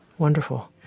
Wonderful